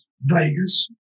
Vegas